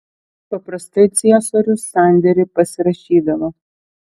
paprastai ciesorius sandėrį pasirašydavo